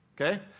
Okay